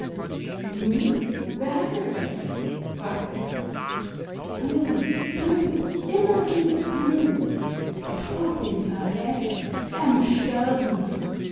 nun wer hatte recht fragte er du du immer wieder du tod dem verräther er muß sterben